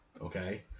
okay